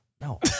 No